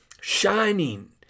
shining